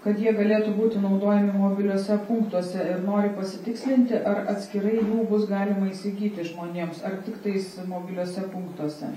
kad jie galėtų būti naudojami mobiliuose punktuose ir nori pasitikslinti ar atskirai jų bus galima įsigyti žmonėms ar tiktais mobiliuose punktuose